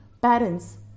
parents